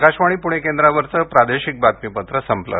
आकाशवाणी पृणे केंद्रावरचं प्रादेशिक बातमीपत्र संपलं